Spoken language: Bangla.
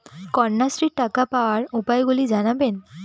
কন্যাশ্রীর টাকা পাওয়ার উপায়গুলি জানাবেন?